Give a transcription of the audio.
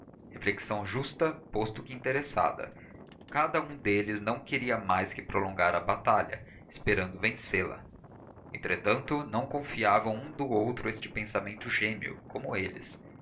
reflexão justa posto que interessada cada um deles não queria mais que prolongar a batalha esperando vencê-la entretanto não confiavam um do outro este pensamento gêmeo como eles